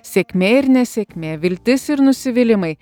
sėkmė ir nesėkmė viltis ir nusivylimai